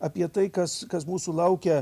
apie tai kas kas mūsų laukia